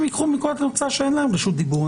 ייצאו מנקודת מוצא שאין להם רשות דיבור.